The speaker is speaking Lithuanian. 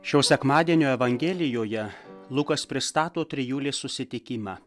šio sekmadienio evangelijoje lukas pristato trijulės susitikimą